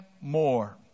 more